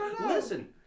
listen